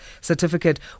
certificate